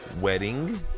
wedding